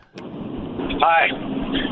Hi